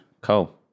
Cole